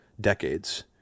decades